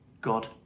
God